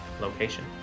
location